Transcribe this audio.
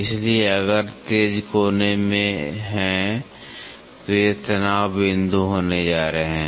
इसलिए अगर तेज़ कोने हैं तो ये तनाव बिंदु होने जा रहे हैं